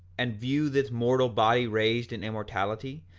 and view this mortal body raised in immortality,